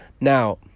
Now